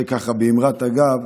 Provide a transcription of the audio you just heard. זה באמרת אגב,